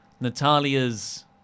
Natalia's